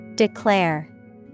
Declare